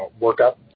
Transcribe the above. workup